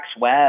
web